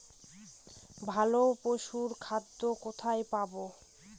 ভালো পশুর খাদ্য কোথায় পাবো?